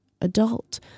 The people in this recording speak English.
adult